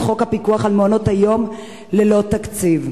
חוק הפיקוח על מעונות-היום ללא תקציב?